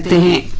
the